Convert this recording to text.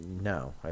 no